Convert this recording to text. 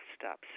steps